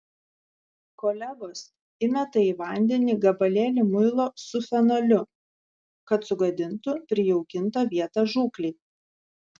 kolegos įmeta į vandenį gabalėlį muilo su fenoliu kad sugadintų prijaukintą vietą žūklei